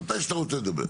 מתי שאתה רוצה תדבר.